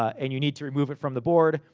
and you need to remove it from the board,